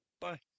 Bye